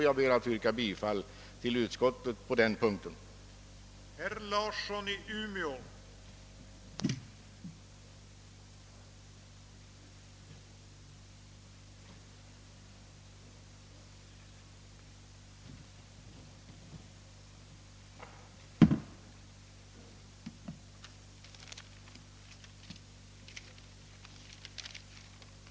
Jag ber att få yrka bifall till utskottets hemställan på denna punkt.